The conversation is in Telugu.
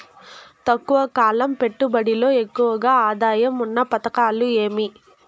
తక్కువ కాలం పెట్టుబడిలో ఎక్కువగా ఆదాయం ఉన్న పథకాలు ఏమి?